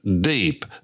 deep